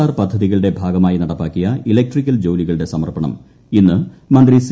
R പദ്ധതികളുടെ ഭാഗമായി നടപ്പാക്കിയ ഇലക്ട്രിക്കൽ ജോലികളുടെ സമർപ്പണം ഇന്ന് മന്ത്രി സി